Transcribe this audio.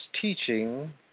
teaching